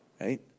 right